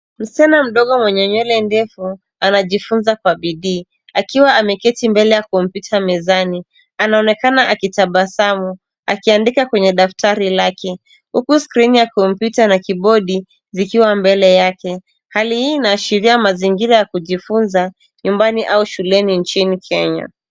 Msichana mdogo mwenye nywele ndefu anajifunza kwa bidii akiwa ameketi mbele ya kompyuta mezani. Anaonekana akitabasamu kiandika kwenye daftari lake, huku skrini ya kompyuta na kibodi zikiwa mbele yake. Hali hii inaashiria mazingira ya kujifunza nyumbani au shuleni nchini Kenya.